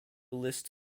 list